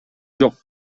жок